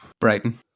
Brighton